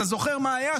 אתה זוכר מה היה,